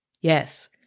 Yes